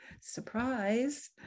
Surprise